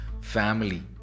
Family